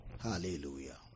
Hallelujah